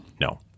No